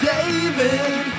David